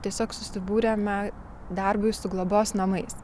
tiesiog susibūrėme darbui su globos namais